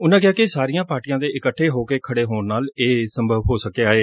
ਉਨਾਂ ਕਿਹਾ ਕਿ ਸਾਰੀਆਂ ਪਾਰਟੀਆਂ ਦੇ ਇਕੱਠੇ ਹੋ ਕੇ ਖੜੇ ਹੋਣ ਨਾਲ ਇਹ ਸੰਭਵ ਹੋਇਆ ਏ